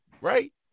right